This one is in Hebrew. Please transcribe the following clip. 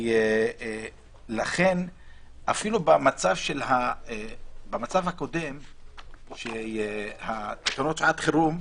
ולכן אפילו במצב הקודם של תקנות שעת חירום,